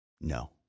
No